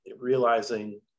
realizing